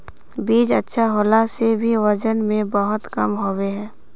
बीज अच्छा होला से भी वजन में बहुत कम होबे है?